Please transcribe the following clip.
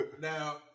Now